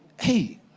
Hey